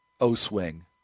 O-swing